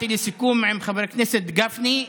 לסיכום עם חבר הכנסת גפני,